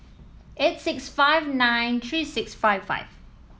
eight six five nine three six five five